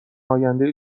آینده